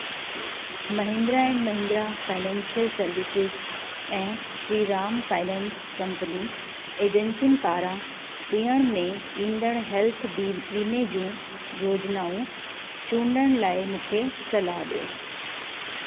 Mahindra and Mahindra financial services ऐं Shriram finance company एजेंसियुनि पारां ॾियण में ईंदड़ हेल्थ वीमे जूं योजनाऊं चूंडण लाइ मूंखे सलाहु ॾियो